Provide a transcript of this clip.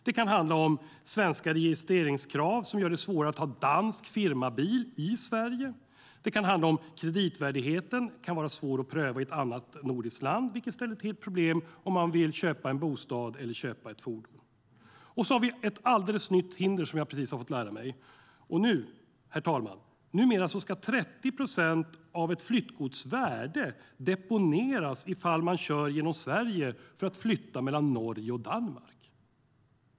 Det kan handla om svenska registreringskrav som gör det svårare att ha dansk firmabil i Sverige. Det kan handla om kreditvärdigheten. Den kan vara svår att pröva i ett annat nordiskt land, vilket ställer till med problem vid köp av bostad eller fordon. Och så har vi ett alldeles nytt hinder: Numera, herr talman, ska 30 procent av ett flyttgods värde deponeras ifall man kör genom Sverige för att flytta mellan Norge och Danmark!